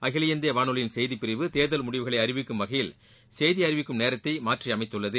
அகில இந்திய வானொலியின் செய்திப்பிரிவு தேர்தல் முடிவுகளை அறிவிக்கும் வகையில் செய்தி அறிவிக்கும் நேரத்தை மாற்றியமைத்துள்ளது